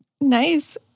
Nice